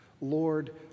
Lord